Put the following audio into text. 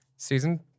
Season